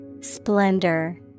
Splendor